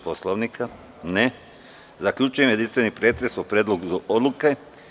Poslovnika? (Ne.) Zaključujem jedinstveni pretres o Predlogu odluke.